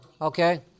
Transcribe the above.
Okay